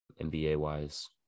NBA-wise